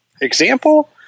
example